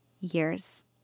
years